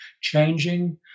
changing